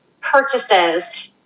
purchases